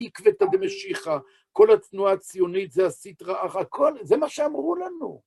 עקבתא דמשיחא, כל התנועה הציונית זה הסטרא אחרא, כל... זה מה שאמרו לנו.